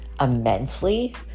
immensely